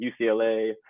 UCLA